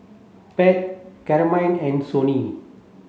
Pat Carmine and Sonny